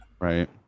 right